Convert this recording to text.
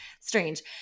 strange